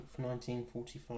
1945